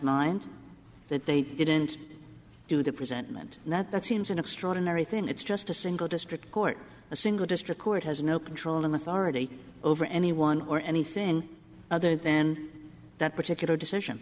mind that they didn't do the presentment and that that seems an extraordinary thing it's just a single district court a single district court has no control and authority over anyone or anything other then that particular decision